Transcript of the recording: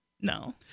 No